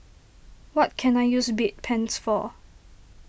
what can I use Bedpans for